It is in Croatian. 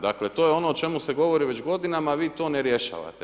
Dakle, to je ono o čemu se govori već godinama, vi to ne rješavate.